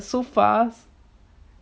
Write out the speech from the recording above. so fast